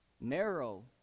narrow